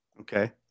Okay